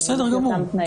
בסדר גמור.